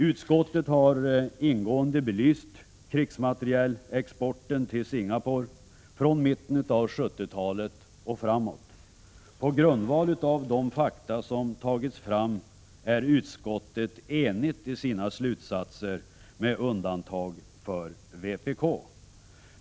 Utskottet har ingående belyst krigsmaterielexporten till Singapore från mitten av 70-talet och framåt. På grundval av de fakta som tagits fram är utskottet enigt i sina slutsatser, med undantag för vpk.